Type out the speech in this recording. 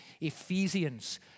Ephesians